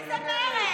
איזה מרד?